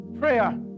Prayer